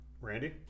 Randy